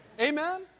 Amen